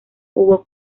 hubo